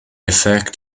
effect